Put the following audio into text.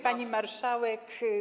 Pani Marszałek!